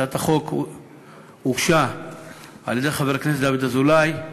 הצעת החוק הוגשה על-ידי חבר הכנסת דוד אזולאי.